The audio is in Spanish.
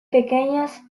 pequeñas